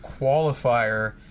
qualifier